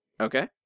Okay